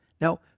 Now